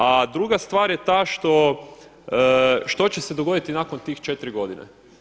A druga stvar je ta što će se dogoditi nakon tih 4 godine.